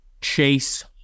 Chase